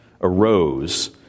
arose